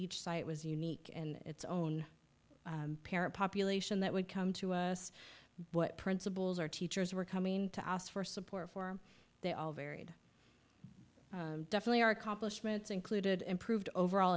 each site was unique in its own parent population that would come to us but principals or teachers were coming to ask for support for they all varied definitely our accomplishments included improved overall